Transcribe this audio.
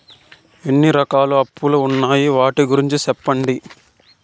ఎన్ని రకాల అప్పులు ఉన్నాయి? వాటి గురించి సెప్పండి?